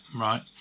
right